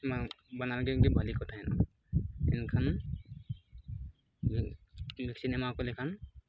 ᱢᱟ ᱵᱟᱱᱟᱨᱜᱮ ᱵᱷᱟᱹᱞᱤ ᱠᱚ ᱛᱟᱦᱮᱱᱟ ᱢᱮᱱᱠᱷᱟᱱ ᱵᱷᱮ ᱵᱷᱮᱠᱥᱤᱱ ᱮᱢᱟᱣ ᱠᱚ ᱞᱮᱠᱷᱟᱱ